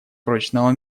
прочного